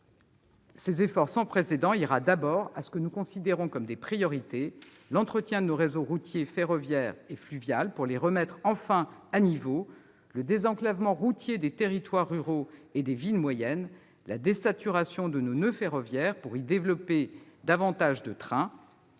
Cet effort sans précédent ira d'abord à ce que nous considérons comme des priorités : l'entretien de nos réseaux routier, ferroviaire et fluvial, pour les remettre enfin à niveau ; le désenclavement routier des territoires ruraux et des villes moyennes ; la désaturation de nos noeuds ferroviaires pour y développer davantage de trains.